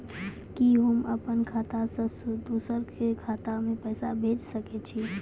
कि होम अपन खाता सं दूसर के खाता मे पैसा भेज सकै छी?